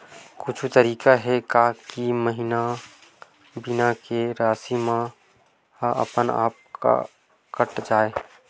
कुछु तरीका हे का कि हर महीना बीमा के राशि हा अपन आप कत जाय?